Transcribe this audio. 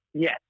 Yes